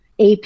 AP